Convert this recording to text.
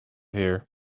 here